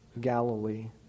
Galilee